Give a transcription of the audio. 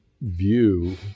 view